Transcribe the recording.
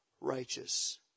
righteous